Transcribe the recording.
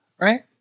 Right